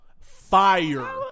Fire